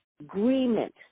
agreement